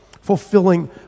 fulfilling